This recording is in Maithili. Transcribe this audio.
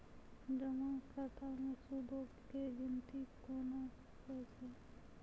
जमा खाता मे सूदो के गिनती केना होय छै?